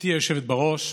היושבת-ראש,